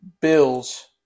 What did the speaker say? Bills